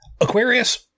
Aquarius